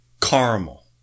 Caramel